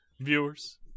viewers